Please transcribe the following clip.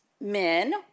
men